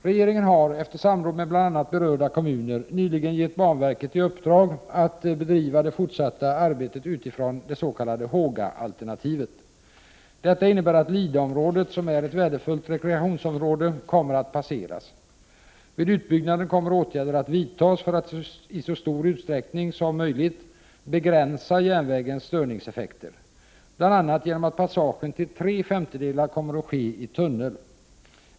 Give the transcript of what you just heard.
Regeringen har, efter samråd med bl.a. berörda kommuner, nyligen givit banverket i uppdrag att bedriva det fortsatta arbetet utifrån det s.k. Hågaalternativet. Detta innebär att Lidaområdet, som är ett värdefullt rekreationsområde, kommer att passeras. Vid utbyggnaden kommer åtgärder att vidtas för att i så stor utsträckning som möjligt begränsa järnvägens störningseffekter, bl.a. genom att passagen till tre femtedelar kommer att ske i tunnel.